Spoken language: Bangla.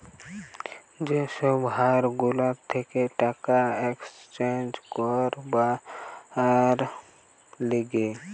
যে সব হার গুলা থাকে টাকা এক্সচেঞ্জ করবার লিগে